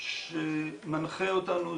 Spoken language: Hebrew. שמנחה אותנו,